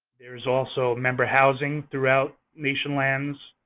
there's also member housing throughout nation lands.